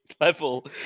level